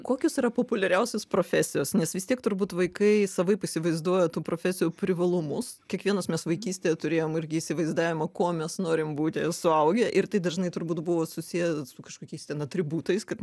kokios populiariausios profesijos nes vis tiek turbūt vaikai savaip įsivaizduoja tų profesijų privalumus kiekvienas mes vaikystėje turėjom irgi įsivaizdavimą ko mes norim būti suaugę ir tai dažnai turbūt buvo susiję su kažkokiais ten atributais kad